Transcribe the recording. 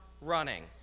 running